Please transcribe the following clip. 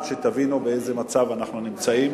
כדי שתבינו באיזה מצב אנחנו נמצאים